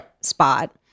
spot